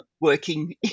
working